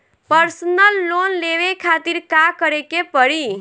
Personal loan लेवे खातिर का करे के पड़ी?